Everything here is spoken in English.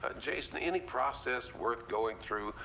ah jason, any process worth going through.